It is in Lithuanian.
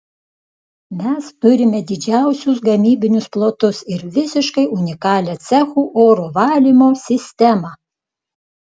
mes turime didžiausius gamybinius plotus ir visiškai unikalią cechų oro valymo sistemą